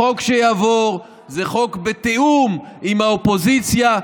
החוק שיעבור זה חוק בתיאום עם האופוזיציה,